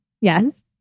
Yes